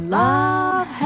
love